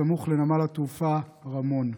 סמוך לנמל התעופה רמון.